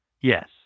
Yes